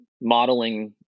modeling